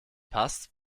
passt